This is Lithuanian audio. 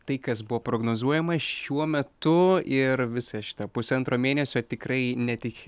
tai kas buvo prognozuojama šiuo metu ir visą šitą pusantro mėnesio tikrai ne tik